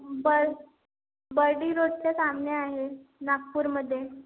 बर बर्डी रोडच्या सामने आहे नागपूरमध्ये